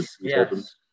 yes